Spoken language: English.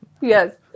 Yes